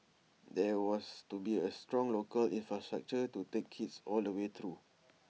there was to be A strong local infrastructure to take kids all the way through